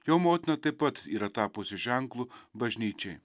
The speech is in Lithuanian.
jo motina taip pat yra tapusi ženklu bažnyčiai